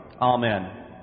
Amen